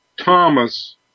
Thomas